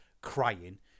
crying